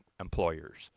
employers